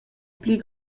pli